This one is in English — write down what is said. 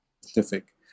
specific